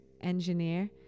engineer